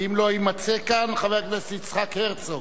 ואם לא יימצא כאן, חבר הכנסת יצחק הרצוג,